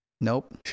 Nope